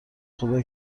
خدا